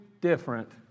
Different